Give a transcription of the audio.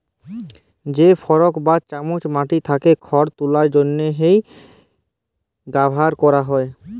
যে ফরক বা চামচ মাটি থ্যাকে খড় তুলার জ্যনহে ব্যাভার ক্যরা হয়